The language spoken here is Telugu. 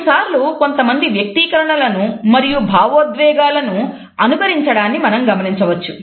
కొన్నిసార్లు కొంతమంది వ్యక్తీకరణలను మరియు భావోద్వేగాలను అనుకరించడాన్ని మనం గమనించవచ్చు